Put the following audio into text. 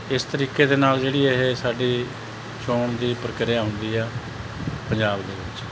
ਇਸ ਤਰੀਕੇ ਦੇ ਨਾਲ ਜਿਹੜੀ ਇਹ ਸਾਡੀ ਚੋਣ ਦੀ ਪ੍ਰਕਿਰਿਆ ਹੁੰਦੀ ਆ ਪੰਜਾਬ ਦੇ ਵਿੱਚ